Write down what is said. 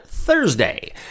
Thursday